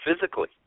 physically